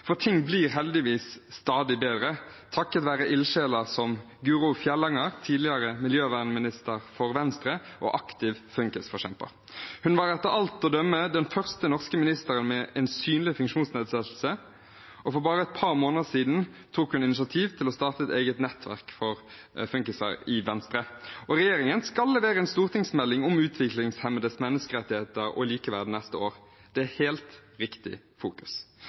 for ting blir heldigvis stadig bedre, takket være ildsjeler som Guro Fjellanger, tidligere miljøvernminister for Venstre og aktiv funkisforkjemper. Hun var etter alt å dømme den første norske ministeren med en synlig funksjonsnedsettelse, og for bare et par måneder siden tok hun initiativ til å starte et eget nettverk for funkiser i Venstre. Regjeringen skal levere en stortingsmelding om utviklingshemmedes menneskerettigheter og likeverd neste år. Det er helt riktig fokus.